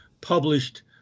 published